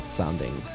sounding